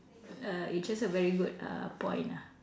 err you chose a very good uh point ah